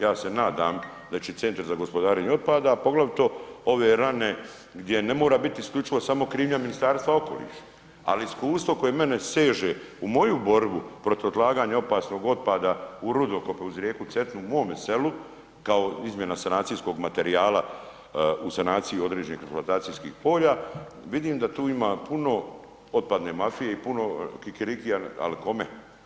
Ja se nadam da će centar za gospodarenje otpada, poglavito ove rane gdje ne mora biti isključivo samo krivnja Ministarstva okoliša, ali iskustvo koje meni seže u moju borbu protiv odlaganja opasnog otpada u rudokope uz rijeku Cetinu u mome selu, kao izmjena sanacijskog materijala u sanaciji određenih eksploatacijskih polja, vidim da tu ima puno otpadne mafije i puno kikirikija ali kome.